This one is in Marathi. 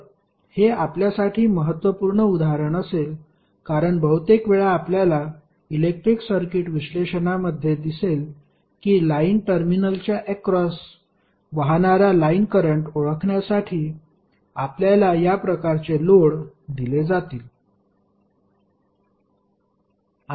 तर हे आपल्यासाठी महत्त्वपूर्ण उदाहरण असेल कारण बहुतेक वेळा आपल्याला इलेक्ट्रिक सर्किट विश्लेषणामध्ये दिसेल की लाइन टर्मिनलच्या अक्रॉस वाहणारा लाईन करंट ओळखण्यासाठी आपल्याला या प्रकारचे लोड दिले जातील